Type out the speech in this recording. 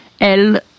el